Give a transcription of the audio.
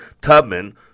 Tubman